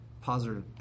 positive